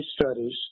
studies